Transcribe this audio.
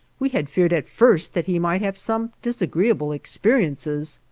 we had feared at first that he might have some disagreeable experiences,